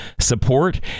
support